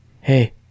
hey